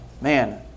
man